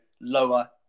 lower